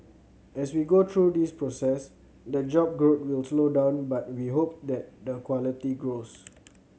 as we go through this process the job growth will slow down but we hope that the quality grows